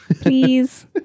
Please